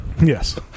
Yes